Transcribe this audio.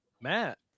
Matt